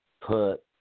put